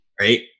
Right